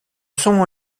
sont